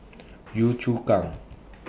Yio Chu Kang